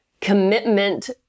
commitment